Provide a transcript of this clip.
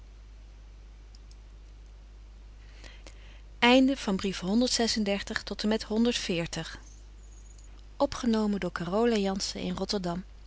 ben de met u in